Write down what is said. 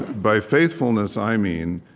by faithfulness, i mean,